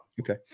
Okay